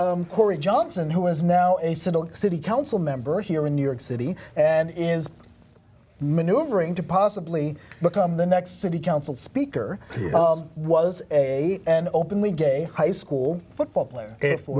cory johnson who is now a single city council member here in new york city and in maneuvering to possibly become the next city council speaker was a and openly gay high school football player if it